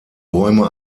bäume